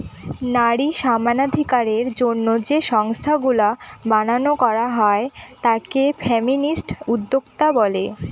নারী সমানাধিকারের জন্য যে সংস্থাগুলা বানানো করা হয় তাকে ফেমিনিস্ট উদ্যোক্তা বলে